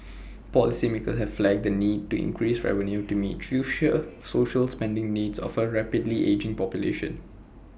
policymakers have flagged the need to increase revenue to meet future social spending needs of A rapidly ageing population